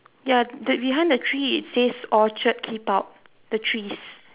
ya the behind the tree it says orchard keep out the trees